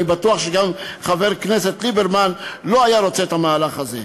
אני בטוח שגם חבר הכנסת ליברמן לא היה רוצה את המהלך הזה.